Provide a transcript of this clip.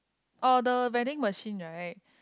oh the vending machine right